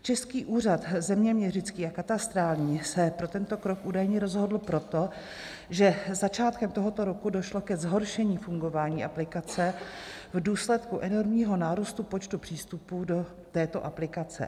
Český úřad zeměměřický a katastrální se pro tento krok údajně rozhodl proto, že začátkem tohoto roku došlo ke zhoršení fungování aplikace v důsledku enormního nárůstu počtu přístupů do této aplikace.